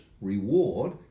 reward